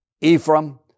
Ephraim